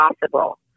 possible